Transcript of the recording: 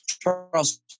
Charles